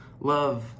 Love